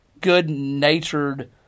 good-natured